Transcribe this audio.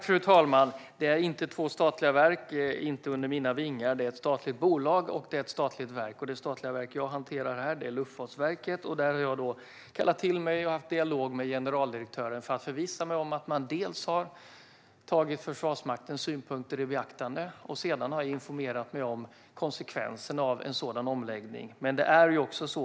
Fru talman! Det är inte två statliga verk under mina vingar; det är ett statligt bolag och ett statligt verk. Det statliga verk jag hanterar här är Luftfartsverket, och jag har kallat till mig och haft en dialog med generaldirektören för att förvissa mig om att man har tagit Försvarsmaktens synpunkter i beaktande. Jag har också informerat mig om konsekvenserna av en sådan omläggning.